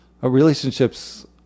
relationships